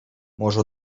może